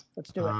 let's do um